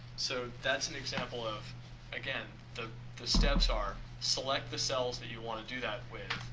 so, that's an example of again, the the steps are select the cells that you want to do that with,